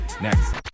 next